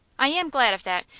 i am glad of that,